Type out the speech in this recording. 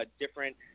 different